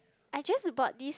I just to bought this